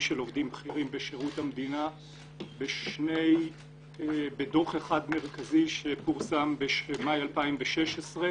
של עובדים בכירים בשירות המדינה בדוח אחד מרכזי שפורסם במאי 2016,